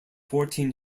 fourteen